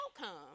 outcome